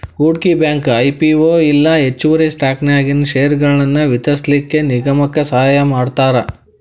ಹೂಡ್ಕಿ bank IPO ಇಲ್ಲಾ ಹೆಚ್ಚುವರಿ ಸ್ಟಾಕನ್ಯಾಗಿನ್ ಷೇರ್ಗಳನ್ನ ವಿತರಿಸ್ಲಿಕ್ಕೆ ನಿಗಮಕ್ಕ ಸಹಾಯಮಾಡ್ತಾರ